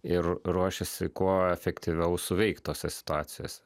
ir ruošėsi kuo efektyviau suveikt tose situacijose